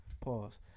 pause